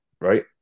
right